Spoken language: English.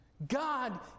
God